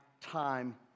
time